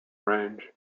range